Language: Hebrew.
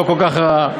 לא כל כך רעה,